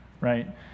right